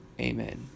Amen